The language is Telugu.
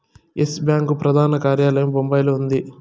ఎస్ బ్యాంకు ప్రధాన కార్యాలయం బొంబాయిలో ఉంది